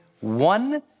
one